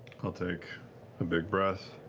i'll take a big breath,